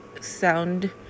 sound